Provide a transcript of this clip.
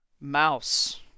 Mouse